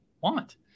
want